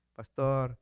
Pastor